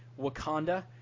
Wakanda